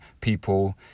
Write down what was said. people